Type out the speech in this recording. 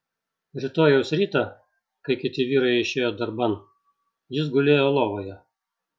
rytojaus rytą kai kiti vyrai išėjo darban jis gulėjo lovoje